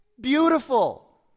beautiful